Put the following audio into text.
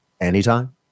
anytime